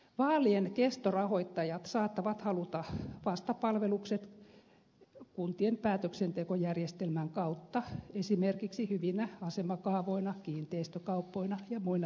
vaalien kestorahoittajat saattavat haluta vastapalvelukset kuntien päätöksentekojärjestelmän kautta esimerkiksi hyvinä asemakaavoina kiinteistökauppoina ja muina erityispalveluina